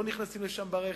לא נכנסים לשם ברכב,